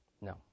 No